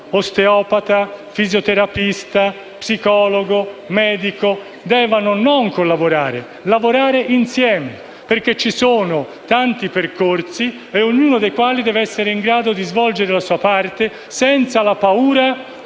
osteopata, fisioterapista, psicologo, medico debbano non collaborare ma lavorare insieme, perché ci sono tanti percorsi, rispetto ai quali ciascuno deve essere in grado di svolgere la sua parte, senza la paura